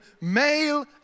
Male